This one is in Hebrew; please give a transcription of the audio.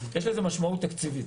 יש לזה משמעות תקציבית.